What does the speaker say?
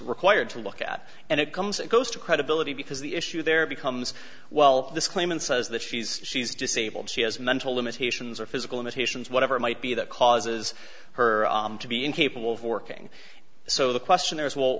required to look at and it comes it goes to credibility because the issue there becomes well this claimant says that she's she's disabled she has mental limitations or physical limitations whatever might be that causes her to be incapable of working so the question is will